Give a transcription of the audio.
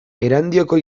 erandioko